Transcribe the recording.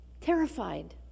terrified